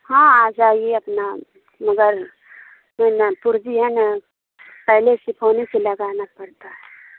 ہاں آ جائیے اپنا مگر وہ نا پرچی ہے نا پہلے سے فون ہی سے لگانا پڑتا ہے